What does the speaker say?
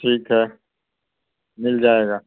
ٹھیک ہے مل جائے گا